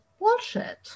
bullshit